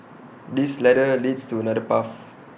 this ladder leads to another path